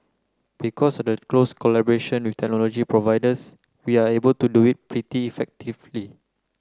because the close collaboration with technology providers we are able to do it pretty effectively